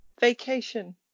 vacation